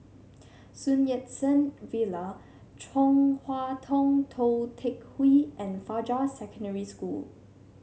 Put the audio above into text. Sun Yat Sen Villa Chong Hua Tong Tou Teck Hwee and Fajar Secondary School